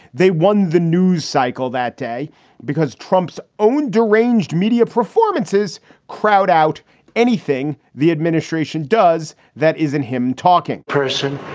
they won the news cycle that day because trump's own deranged media performances crowd out anything the administration does. that isn't him talking. person,